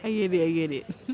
I get it I get it